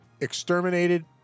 exterminated